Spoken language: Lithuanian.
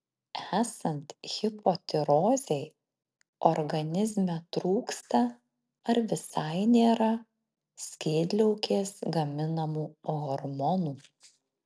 esant hipotirozei organizme trūksta ar visai nėra skydliaukės gaminamų hormonų